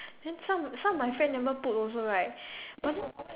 then some some of my friend never put also right but then